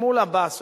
מול עבאס,